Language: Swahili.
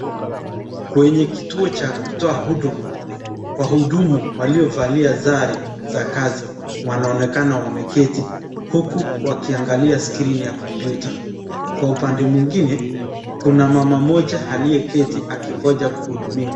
Kwenye kituo cha kutoa huduma wahudumu waliovalia sare za kazi wanaonekana wameketi huku wakiangalia skrini ya kompyuta kwa upande mwingine kuna mama mmoja aliyeketi akingoja kuhudumiwa.